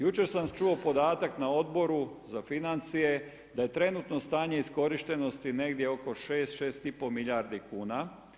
Jučer sam čuo podatak na Odboru za financije, da je trenutno stanje iskorištenosti negdje oko 6 6,5 milijardi kuna.